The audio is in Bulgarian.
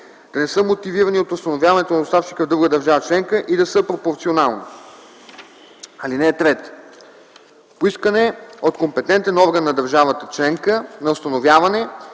да не са мотивирани от установяването на доставчика в друга държава членка и да са пропорционални. (3) По искане от компетентен орган на държавата членка на установяване